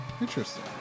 Interesting